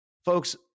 Folks